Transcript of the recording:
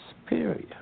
superior